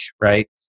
Right